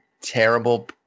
terrible